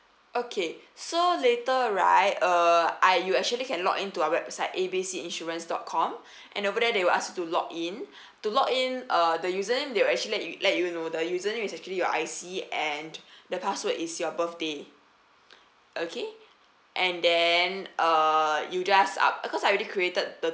okay so later right uh ah you actually can log in to our website A B C insurance dot com and over there they will ask you to log in to log in uh the username they will actually let you let you know the username is actually your I_C and the password is your birthday okay and then uh you just up~ cause I already created the